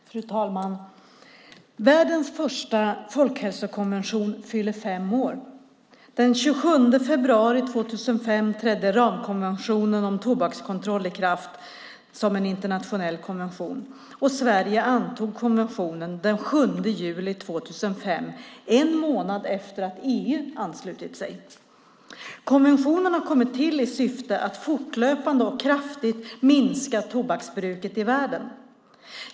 Fru talman! Världens första folkhälsokonvention fyller fem år. Den 27 februari 2005 trädde ramkonventionen om tobakskontroll i kraft som en internationell konvention. Sverige antog konventionen den 7 juli 2005, en månad efter att EU hade anslutit sig. Konventionen har kommit till i syfte att fortlöpande och kraftigt minska tobaksbruket i världen.